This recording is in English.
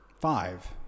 Five